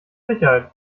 sicherheit